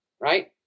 Right